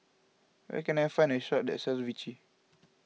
where can I find a shop that sells Vichy